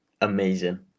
amazing